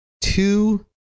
two